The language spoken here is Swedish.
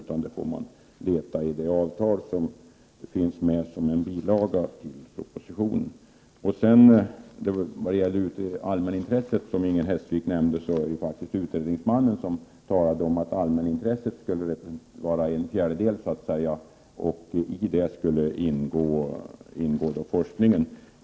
Detta får man leta efter i det avtal som finns med som en bilaga till propositionen. Det är faktiskt utredningsmannen som uttalade att allmänintresset — som togs upp av Inger Hestvik — skulle utgöra en fjärdedel. Där skulle också forskningen ingå.